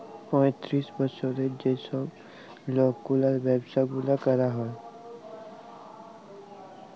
পঁয়তিরিশ বসরের যে ছব লকগুলার ব্যাবসা গুলা ক্যরা হ্যয়